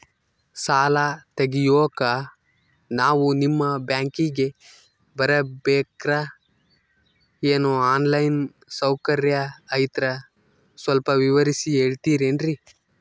ಸಾಲ ತೆಗಿಯೋಕಾ ನಾವು ನಿಮ್ಮ ಬ್ಯಾಂಕಿಗೆ ಬರಬೇಕ್ರ ಏನು ಆನ್ ಲೈನ್ ಸೌಕರ್ಯ ಐತ್ರ ಸ್ವಲ್ಪ ವಿವರಿಸಿ ಹೇಳ್ತಿರೆನ್ರಿ?